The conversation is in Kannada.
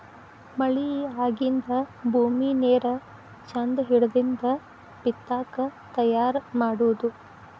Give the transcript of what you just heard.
ಮಳಿ ಆಗಿಂದ ಭೂಮಿ ನೇರ ಚಂದ ಹಿಡದಿಂದ ಬಿತ್ತಾಕ ತಯಾರ ಮಾಡುದು